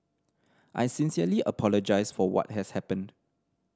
I sincerely apologise for what has happened